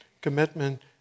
commitment